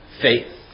faith